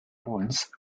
polens